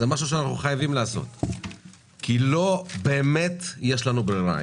הוא דבר שאנחנו חייבים לעשות כי לא באמת יש לנו ברירה.